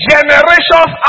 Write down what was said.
Generations